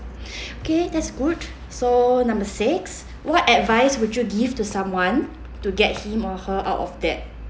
K that's good so number six what advice would you give to someone to get him or her out of debt